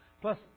Plus